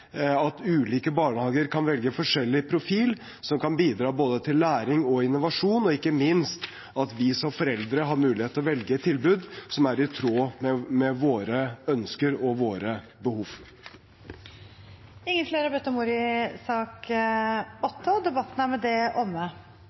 at ulike barnehager kan velge forskjellig profil, som kan bidra til både læring og innovasjon, og ikke minst at vi som foreldre har mulighet til å velge et tilbud som er i tråd med våre ønsker og behov. Debatten i sak nr. 8 er dermed omme. Ingen har bedt om ordet til sak nr. 9. Stortinget er